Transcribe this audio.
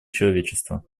человечества